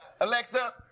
Alexa